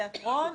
או תיאטרון,